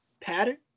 pattern